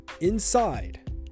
inside